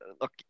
Look